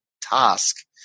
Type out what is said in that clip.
task